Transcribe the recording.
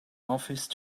office